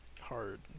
hard